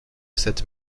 cette